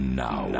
now